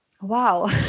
Wow